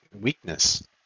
weakness